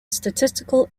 statistical